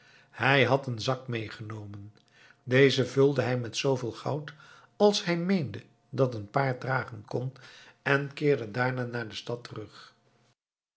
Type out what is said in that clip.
hij had een zak meegenomen dezen vulde hij met zooveel goud als hij meende dat een paard dragen kon en keerde daarna naar de stad terug